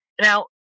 now